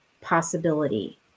possibility